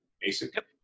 Basic